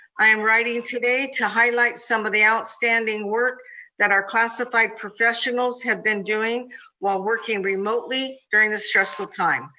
i am writing today to highlight some of the outstanding work that our classified professionals have been doing while working remotely during this stressful time.